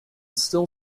still